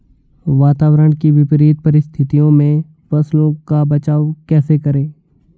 वातावरण की विपरीत परिस्थितियों में फसलों का बचाव कैसे करें?